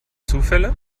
zufälle